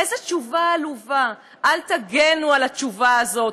איזו תשובה עלובה, אל תגנו על התשובה הזאת.